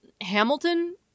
Hamilton